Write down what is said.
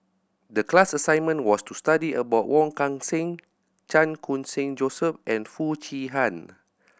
the class assignment was to study about Wong Kan Seng Chan Khun Sing Joseph and Foo Chee Han